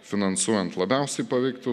finansuojant labiausiai paveiktų